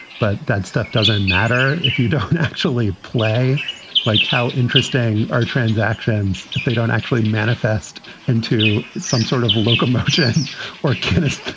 but that stuff doesn't matter if you don't actually play like how interesting our transactions. if they don't actually manifest into some sort of local or kenneth,